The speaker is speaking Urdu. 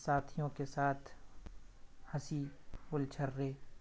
ساتھیوں کے ساتھ ہنسی گل چھرے